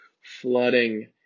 flooding